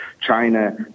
China